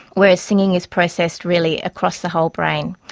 whereas singing is processed really across the whole brain.